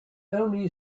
only